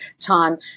time